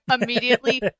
immediately